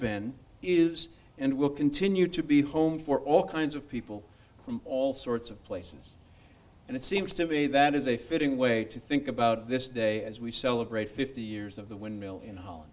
been is and will continue to be home for all kinds of people from all sorts of places and it seems to me that is a fitting way to think about this day as we celebrate fifty years of the